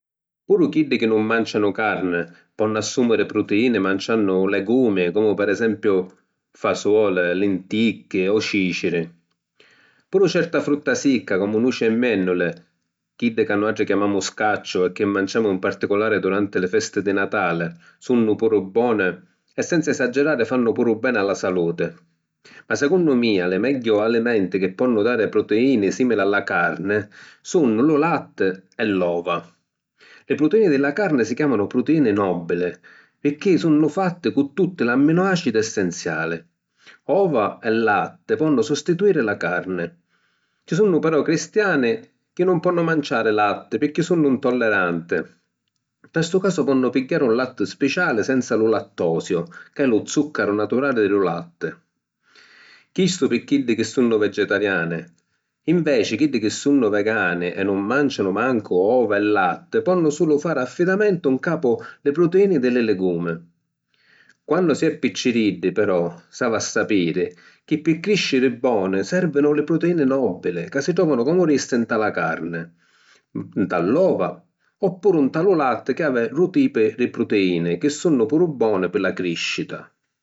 Puru chiddi chi nun màncianu carni ponnu assùmiri prutiìni manciannu legumi comu per esempiu fasoli, linticchi o cìciri. Puru certa frutta sicca comu nuci e mènnuli, chiddi ca nuatri chiamamu scacciu e chi manciamu in particulari duranti li festi di Natali, sunnu puru boni e senza esagerari fannu puru beni a la saluti. Ma secunnu mia, li megghiu alimenti chi ponnu dari prutiìni sìmili a la carni, sunnu lu latti e l’ova. Li prutiìni di la carni si chiàmanu pruitiìni nòbili, pirchì sunnu fatti cu tutti l’amminoàcidi essenziali. Ova e latti ponnu sostituiri la carni. Ci sunnu però cristiani chi nun ponnu manciari latti pirchì sunnu ‘ntolleranti; nta stu casu ponnu pigghiari un latti spiciali senza lu lattosiu, ca è lu zùccaru naturali di lu latti. Chistu pi chiddi chi sunnu vegetariani. Inveci chiddi chi sunnu vegani e nun màncianu mancu ova e latti, ponnu sulu fari affidamentu ncapu li prutiìni di li legumi. Quannu si è picciriddi, però, s’havi a sapiri chi pi crìsciri boni sèrvinu li proteini nòbili ca si tròvanu, comu dissi, nta la carni, nta l’ova oppuru nta lu latti chi havi dui tipi di prutiìni chi sunnu puru boni pi la crìscita.